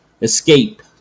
escape